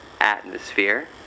Atmosphere